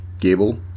Gable